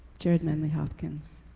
gerard manley hopkins,